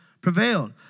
Prevailed